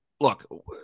look